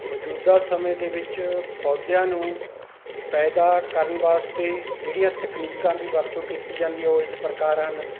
ਮੌਜੂਦਾ ਸਮੇਂ ਦੇ ਵਿੱਚ ਪੌਦਿਆਂ ਨੂੰ ਪੈਦਾ ਕਰਨ ਵਾਸਤੇ ਜਿਹੜੀਆਂ ਤਕਨੀਕਾਂ ਦੀ ਵਰਤੋਂ ਕੀਤੀ ਜਾਂਦੀ ਹੈ ਉਹ ਇਸ ਪ੍ਰਕਾਰ ਹਨ